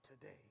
today